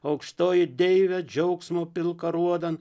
aukštoji deive džiaugsmo pilk aruodan